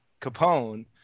Capone